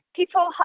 people